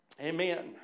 Amen